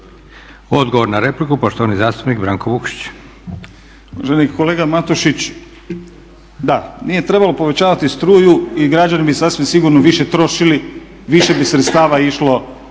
Odgovor na repliku, poštovani zastupnik Branko Vukšić.